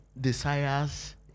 desires